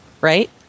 Right